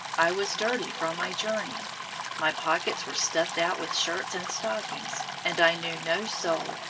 i was dirty from my journey my pockets were stuffed out with shirts and stockings, and i knew no soul,